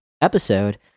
episode